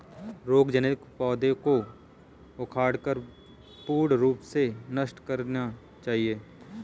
रोग जनित पौधों को उखाड़कर पूर्ण रूप से नष्ट कर देना चाहिये